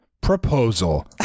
proposal